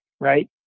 right